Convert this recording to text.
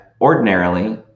ordinarily